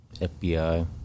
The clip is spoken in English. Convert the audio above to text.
FBI